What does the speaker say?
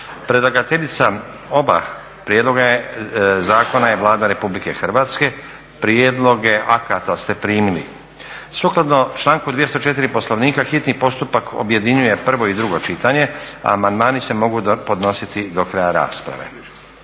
Predlagateljica oba prijedloga zakona je Vlada Republike Hrvatske. Prijedloge akata ste primili. Sukladno članku 204. Poslovnika hitni postupak objedinjuje prvo i drugo čitanje, a amandmani se mogu podnositi do kraja rasprave.